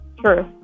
True